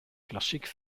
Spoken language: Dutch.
klassiek